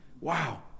wow